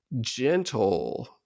gentle